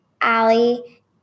Allie